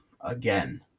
again